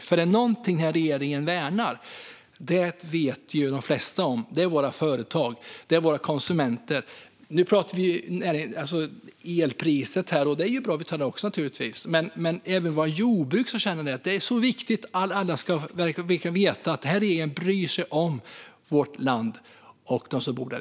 Om det är något den här regeringen värnar är det våra företag och våra konsumenter. Det vet de flesta om. Nu talar vi om elpriset. Regeringen värnar också våra jordbruk. Det är viktigt: Alla ska veta att den här regeringen bryr sig om vårt land och dem som bor här.